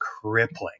crippling